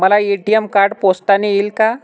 मला ATM card पोस्टाने येईल का?